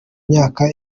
imyaka